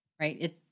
right